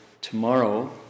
tomorrow